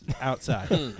outside